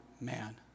man